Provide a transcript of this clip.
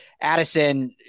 addison